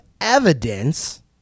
evidence